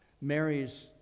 Mary's